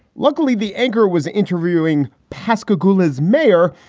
luckily, the anchor was interviewing pascagoula as mayor.